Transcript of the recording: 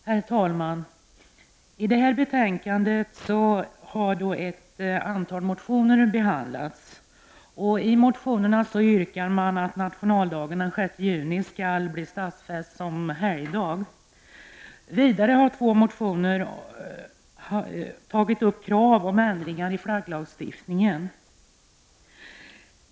Herr talman! I det här betänkandet behandlas ett antal motioner. Motionärerna yrkar att nationaldagen den 6 juni stadfästs som helgdag. Vidare finns det i två motioner krav på ändringar i flagglagstiftningen.